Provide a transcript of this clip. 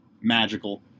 magical